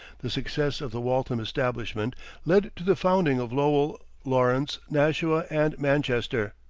the success of the waltham establishment led to the founding of lowell, lawrence, nashua, and manchester.